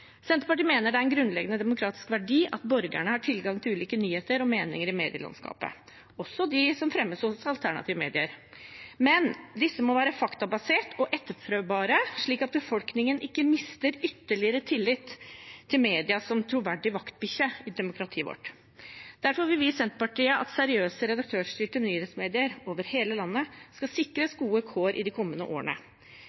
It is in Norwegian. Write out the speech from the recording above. Senterpartiet mener det er en grunnleggende demokratisk verdi at borgerne har tilgang til ulike nyheter og meninger i medielandskapet, også de som fremmes i alternative medier. Men disse må være faktabaserte og etterprøvbare, slik at befolkningen ikke mister ytterligere tillit til media som troverdig vaktbikkje i demokratiet vårt. Derfor vil vi i Senterpartiet at seriøse redaktørstyrte nyhetsmedier over hele landet skal sikres